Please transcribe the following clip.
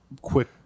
quick